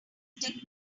technique